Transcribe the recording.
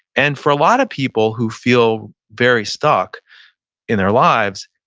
and for a lot of people who feel very stuck in their lives,